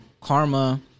karma